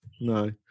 no